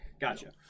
Gotcha